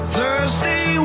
Thursday